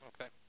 Okay